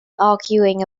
arguing